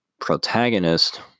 protagonist